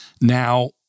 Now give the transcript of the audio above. Now